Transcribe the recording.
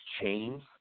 change